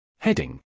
Heading